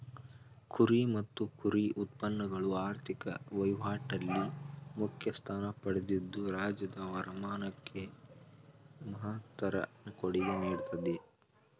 ಕುರಿ ಮತ್ತು ಕುರಿ ಉತ್ಪನ್ನಗಳು ಆರ್ಥಿಕ ವಹಿವಾಟಲ್ಲಿ ಮುಖ್ಯ ಸ್ಥಾನ ಪಡೆದಿದ್ದು ರಾಜ್ಯದ ವರಮಾನಕ್ಕೆ ಮಹತ್ತರ ಕೊಡುಗೆ ನೀಡ್ತಿದೆ